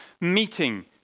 meeting